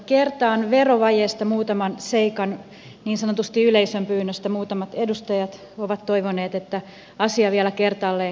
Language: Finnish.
kertaan verovajeesta muutaman seikan niin sanotusti yleisön pyynnöstä muutamat edustajat ovat toivoneet että asia vielä kertaalleen selvitettäisiin